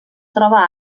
troba